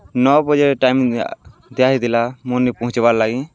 ନଅ ବଜେ ଟାଇମ୍ ଦିଆ ହେଇଥିଲା ମର୍ନିକେ ପହଞ୍ଚିବାର୍ ଲାଗି